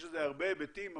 יש לזה הרבה היבטים,